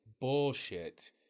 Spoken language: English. bullshit